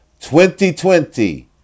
2020